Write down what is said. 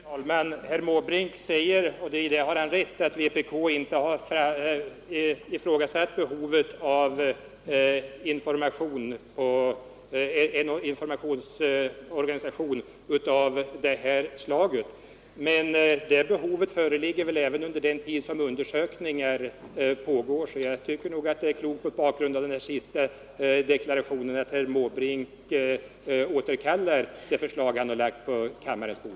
Herr talman! Herr Måbrink säger, och i det har han rätt, att vpk inte har ifrågasatt behovet av en informationsorganisation av det ifrågavarande slaget. Men det behovet föreligger väl även under den tid som undersökningar pågår, så jag tycker nog att det är klokt — mot bakgrund av den senaste deklarationen — att herr Måbrink återkallar det förslag han lagt på kammarens bord.